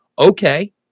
Okay